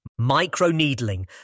Microneedling